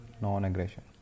non-aggression